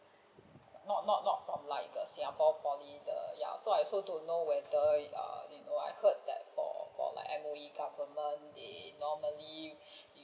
not not not from like err singapore poly the ya so I also don't know whether err you know I heard that for M_O_E government they normally